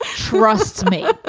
trust me